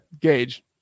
Gauge